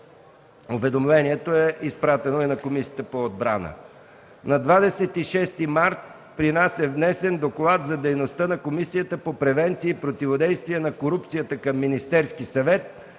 Уведомлението е изпратено и на Комисията по отбрана. На 26 март 2014 г. при нас е внесен Доклад за дейността на Комисията по превенция и противодействие на корупцията към Министерския съвет